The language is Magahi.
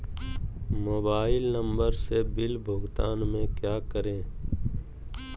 मोबाइल नंबर से बिल भुगतान में क्या करें?